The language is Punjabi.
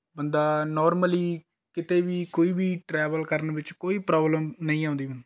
ਬੰਦਾ ਨੋਰਮਲੀ ਕਿਤੇ ਵੀ ਕੋਈ ਵੀ ਟਰੈਵਲ ਕਰਨ ਵਿੱਚ ਕੋਈ ਪਰੋਬਲਮ ਨਹੀਂ ਆਉਂਦੀ ਹੁਣ